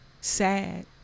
sad